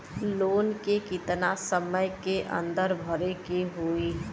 Loan के कितना समय के अंदर भरे के होई?